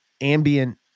ambient